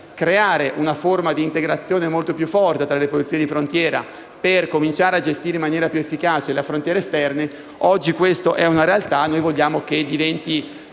creare una forma di integrazione molto più forte tra le posizioni di frontiera per cominciare a gestire in maniera più efficace le frontiere esterne; oggi questo è una realtà e noi vogliamo che diventi